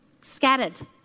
scattered